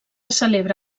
celebra